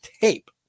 tape